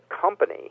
company